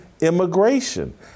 immigration